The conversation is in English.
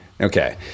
Okay